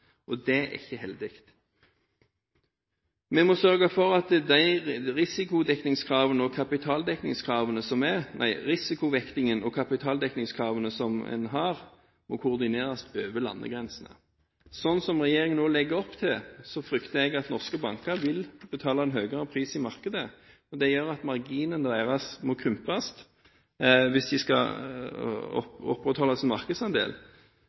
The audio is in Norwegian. konkurrenter. Det er ikke heldig. Vi må sørge for at risikovektingen og kapitaldekningskravene en har, må koordineres over landegrensene. Ved det som regjeringen nå legger opp til, frykter jeg at norske banker vil betale en høyere pris i markedet. Det gjør at marginene deres må krympes hvis de skal opprettholde